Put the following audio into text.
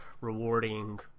rewarding